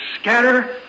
scatter